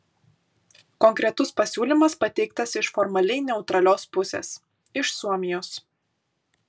konkretus pasiūlymas pateiktas iš formaliai neutralios pusės iš suomijos